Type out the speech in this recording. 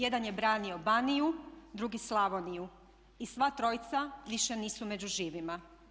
Jedan je branio Baniju, drugi Slavoniju i sva trojca više nisu među živima.